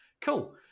cool